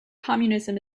communism